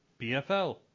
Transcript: BFL